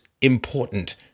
important